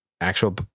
actual